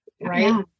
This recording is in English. right